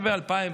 נדמה לי 2008,